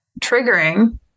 triggering